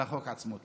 על החוק עצמו.